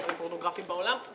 לשאול שאלה.